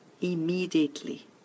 immediately